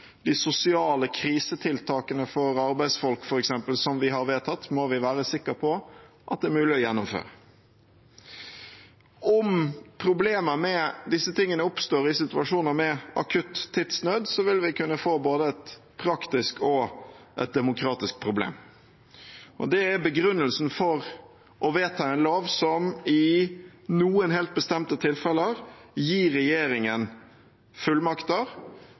De sosiale krisetiltakene vi har vedtatt f.eks. for arbeidsfolk, må vi være sikre på er mulige å gjennomføre. Om problemer med disse tingene oppstår i situasjoner med akutt tidsnød, vil vi kunne få både et praktisk og et demokratisk problem. Det er begrunnelsen for å vedta en lov som i noen helt bestemte tilfeller gir regjeringen fullmakter,